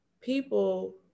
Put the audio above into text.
people